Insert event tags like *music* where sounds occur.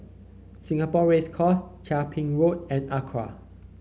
Singapore Race Course Chia *noise* Ping Road and ACRA